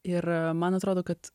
ir man atrodo kad